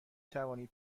توانید